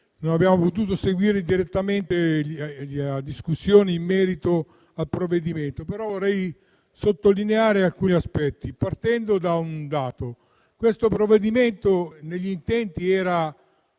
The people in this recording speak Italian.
non abbiamo potuto seguire direttamente la discussione in merito al provvedimento, ma vorrei sottolineare alcuni aspetti, partendo da un dato. Questo provvedimento negli intenti era